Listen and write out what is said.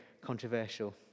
controversial